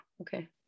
okay